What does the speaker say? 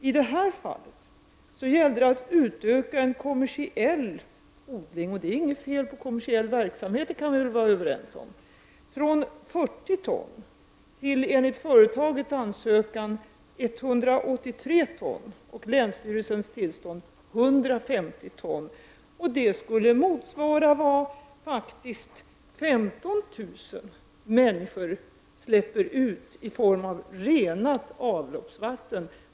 I det här fallet gällde det att utöka en kommersiell odling — det är inget fel med kommersiell verksamhet, det kan vi väl vara överens om — från 40 ton till enligt företagets ansökan 183 ton och enligt länsstyrelsens tillstånd 150 ton. Det skulle faktiskt motsvara vad 15 000 människor släpper ut i form av renat avloppsvatten.